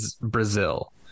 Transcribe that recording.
Brazil